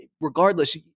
regardless